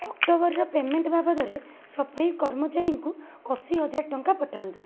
ଅକ୍ଟୋବରର payment ବାବଦରେ ସଫେଇ କର୍ମଚାରୀଙ୍କୁ ଅଶିହଜାର ଟଙ୍କା ପଠାନ୍ତୁ